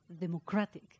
democratic